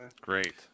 great